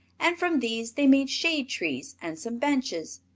and from these they made shade trees and some benches,